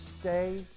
stay